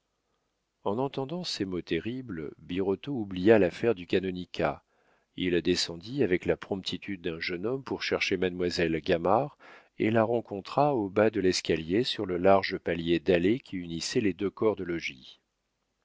en entendant ces mots terribles birotteau oublia l'affaire du canonicat il descendit avec la promptitude d'un jeune homme pour chercher mademoiselle gamard et la rencontra au bas de l'escalier sur le large palier dallé qui unissait les deux corps de logis